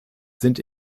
sind